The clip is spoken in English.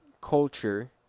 culture